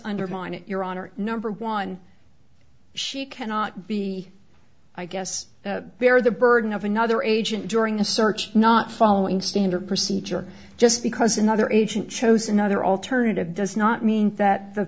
undermine it your honor number one she cannot be i guess bear the burden of another agent during a search not following standard procedure just because another agent chose another alternative does not mean that the